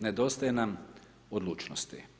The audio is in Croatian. nedostaje nam odlučenosti.